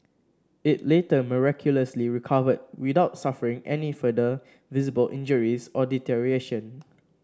it later miraculously recovered without suffering any further visible injuries or deterioration